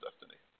destiny